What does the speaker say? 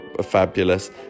fabulous